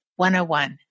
101